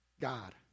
God